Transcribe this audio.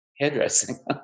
hairdressing